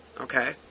Okay